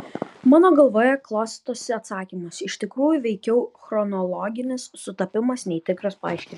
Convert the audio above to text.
mano galvoje klostosi atsakymas iš tikrųjų veikiau chronologinis sutapimas nei tikras paaiškinimas